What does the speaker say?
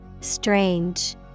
Strange